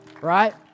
right